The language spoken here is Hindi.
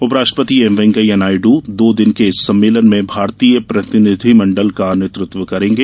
उपराष्ट्रपति एम वेंकैया नायडू दो दिन के इस सम्मेलन में भारतीय प्रतिनिधिमंडल का नेतृत्व करेंगे